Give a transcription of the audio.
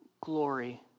glory